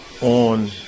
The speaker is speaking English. on